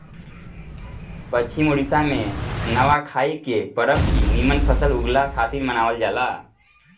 पश्चिम ओडिसा में नवाखाई के परब भी निमन फसल उगला खातिर मनावल जाला